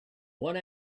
one